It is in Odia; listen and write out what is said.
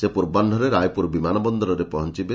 ସେ ପୂର୍ବାହୁରେ ରାୟପୁର ବିମାନ ବନ୍ଦରରେ ପହଞ୍ ବେ